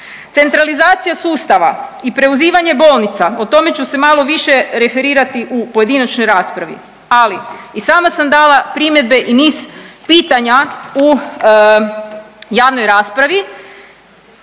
Centralizacija sustava i preuzimanje bolnica o tome ću se malo više referirati u pojedinačnoj raspravi, ali i sama sam dala primjedbe i niz pitanja u javnoj raspravi.